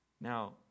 Now